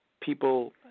people